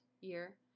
year